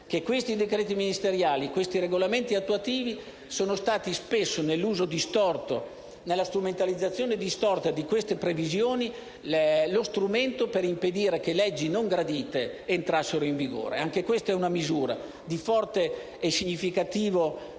che questi decreti ministeriali e questi regolamenti attuativi sono stati spesso, nell'uso distorto e nella strumentalizzazione di tali previsioni, lo strumento per impedire che leggi non gradite entrassero in vigore. Anche questa è una misura di forte e significativa